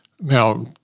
Now